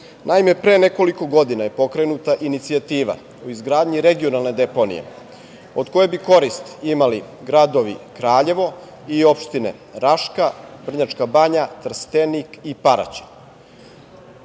pre nekoliko godina je pokrenuta inicijativa, u izgradnji regionalne deponije od koje bi koristi imali gradovi Kraljevo i opštine Raška, Vrnjačka Banja, Trstenik i Paraćin.